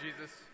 Jesus